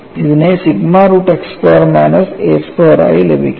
ഇതിനെ sigma root x square minus a square ആയി ലഭിക്കുന്നു